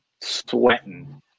sweating